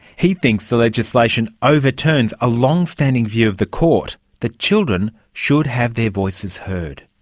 he thinks the legislation overturns a long-standing view of the court that children should have their voices heard.